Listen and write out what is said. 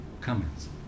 Comments